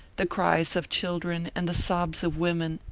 the cries of children and the sobs of women,